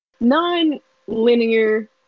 non-linear